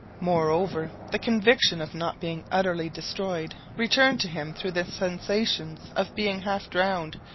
moreover, the conviction of not being utterly destroyed returned to him through the sensations of being half-drowned,